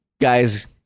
guys